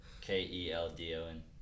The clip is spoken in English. K-E-L-D-O-N